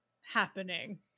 happening